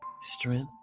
strength